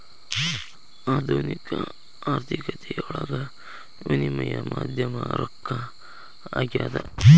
ಆಧುನಿಕ ಆರ್ಥಿಕತೆಯೊಳಗ ವಿನಿಮಯ ಮಾಧ್ಯಮ ರೊಕ್ಕ ಆಗ್ಯಾದ